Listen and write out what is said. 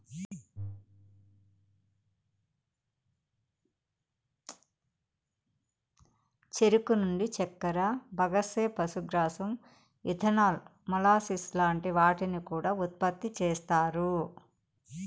చెరుకు నుండి చక్కర, బగస్సే, పశుగ్రాసం, ఇథనాల్, మొలాసిస్ లాంటి వాటిని కూడా ఉత్పతి చేస్తారు